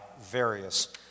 various